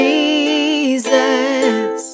Jesus